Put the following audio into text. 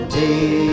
day